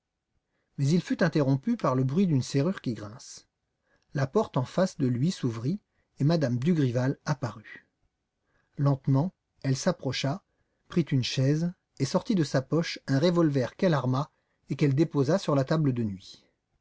mais il fut interrompu par le bruit d'une serrure qui grince la porte en face de lui s'ouvrit et m me dugrival apparut lentement elle s'approcha prit une chaise et sortit de sa poche un revolver qu'elle arma et qu'elle déposa sur la table de nuit